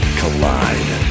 collide